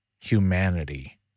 humanity